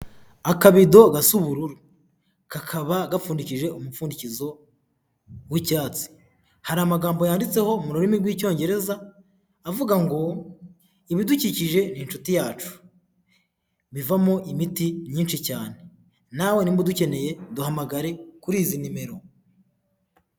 Akabido gasa ubururu, kakaba gapfundikishije umupfundikizo w'icyatsi. Hari amagambo yanditseho mu rurimi rw'icyongereza avuga ngo "ibidukikije ni inshuti yacu, bivamo imiti myinshi cyane." nawe nimba udukeneye, duhamagare kuri izi nimero.